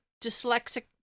dyslexic